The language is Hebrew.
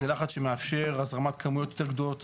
זה לחץ שמאפשר הזרמת כמויות יותר גדולות